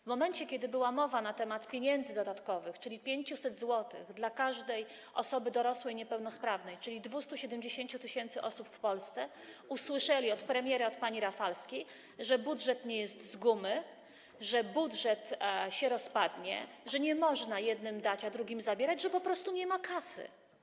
W momencie kiedy była mowa na temat pieniędzy dodatkowych, czyli 500 zł dla każdej dorosłej osoby niepełnosprawnej, czyli 270 tys. osób w Polsce, usłyszeli od premiera, od pani Rafalskiej, że budżet nie jest z gumy, że budżet się rozpadnie, że nie można jednym dać, a drugim zabierać, że po prostu nie ma kasy.